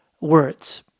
words